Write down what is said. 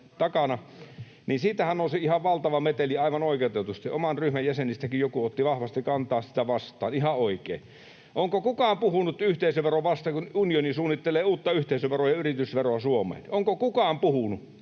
siitähän nousi ihan valtava meteli aivan oikeutetusti. Oman ryhmän jäsenistäkin joku otti vahvasti kantaa sitä vastaan, ihan oikein. Onko kukaan puhunut yhteisöveroa vastaan, kun unioni suunnittelee uutta yhteisöveroa ja yritysveroa Suomeen? Onko kukaan puhunut?